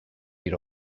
eat